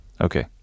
okay